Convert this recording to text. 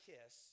Kiss